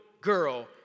girl